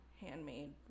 handmade